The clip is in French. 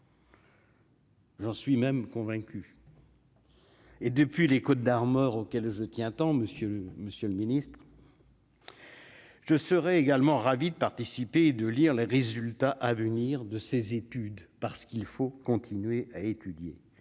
J'en suis même convaincu. Et depuis les côtes d'Armor auquel je tiens tant monsieur le monsieur le Ministre, je serai également ravi de participer et de lire les résultats à venir de ses études parce qu'il faut continuer à étudier,